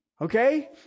Okay